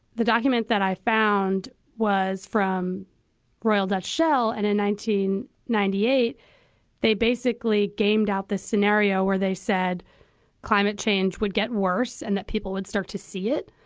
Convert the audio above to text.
the document that i found was from royal dutch shell and in nineteen ninety eight they basically gamed out the scenario where they said climate change would get worse and that people would start to see it,